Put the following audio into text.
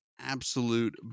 absolute